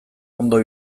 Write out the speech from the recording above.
ondo